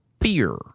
fear